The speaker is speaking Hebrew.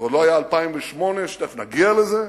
ולא היה 2008, שתיכף נגיע לזה.